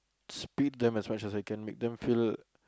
spit them as much as I can make them feel